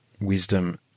wisdom